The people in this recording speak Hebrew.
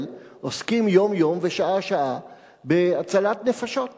עוסקים יום-יום ושעה-שעה בהצלת נפשות ממש,